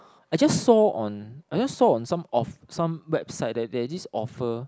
I just saw on I just saw on some off some website that there's this offer